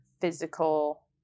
physical